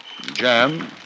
Jam